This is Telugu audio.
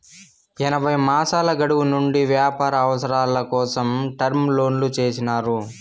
ఎనభై మాసాల గడువు నుండి వ్యాపార అవసరాల కోసం టర్మ్ లోన్లు చేసినారు